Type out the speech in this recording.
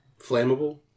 flammable